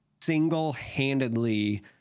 single-handedly